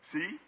See